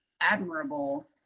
admirable